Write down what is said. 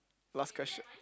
last question